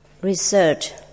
research